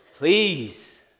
Please